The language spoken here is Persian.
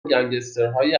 گنسگترهای